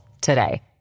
today